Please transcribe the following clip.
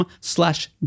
slash